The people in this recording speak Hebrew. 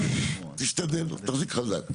תשתדל, תחזיק חזק.